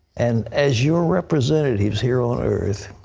and as your representatives here on earth,